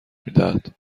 میدهد